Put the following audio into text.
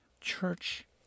Church